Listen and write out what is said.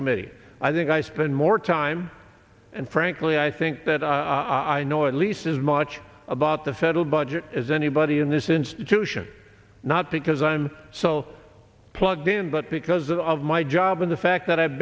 committee i think i spend more time and frankly i think that i know at least as much about the federal budget as anybody in this institution not because i'm so plugged in but because of my job and the fact that i've